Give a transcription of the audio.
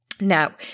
Now